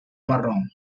marrón